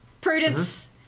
Prudence